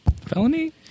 Felony